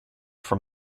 from